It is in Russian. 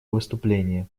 выступление